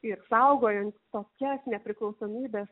ir saugojant tokias nepriklausomybės